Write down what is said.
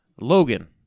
Logan